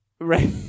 Right